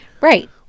Right